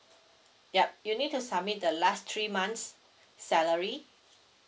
yup you need to submit the last three months salary